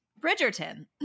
Bridgerton